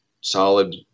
solid